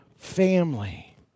family